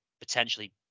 potentially